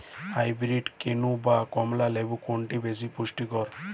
Hybrid কেনু না কমলা লেবু কোনটি বেশি পুষ্টিকর?